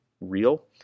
real